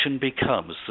becomes